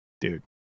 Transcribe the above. dude